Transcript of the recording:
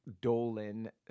Dolan